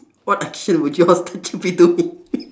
what action would your statue be doing